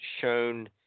shown